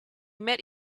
met